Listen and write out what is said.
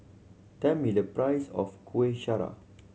tell me the price of Kuih Syara